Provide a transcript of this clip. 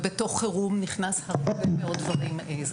ובתוך חירום נכנס הרבה מאוד דברים.